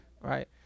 right